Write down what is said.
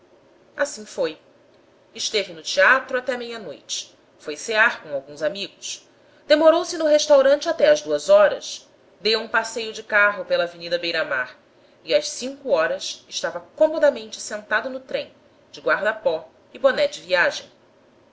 assim foi esteve no teatro até meia-noite foi cear com alguns amigos demorou-se no restaurante até às duas horas deu um passeio de carro pela avenida beira-mar e às cinco horas estava comodamente sentado no trem de guarda pó e boné de viagem